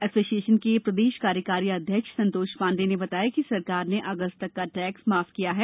association के प्रदेश कार्यकारी अध्यक्ष सन्तोष पांडे ने बताया कि सरकार ने अगस्त तक का टेक्स माफ किया है